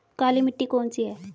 काली मिट्टी कौन सी है?